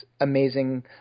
amazing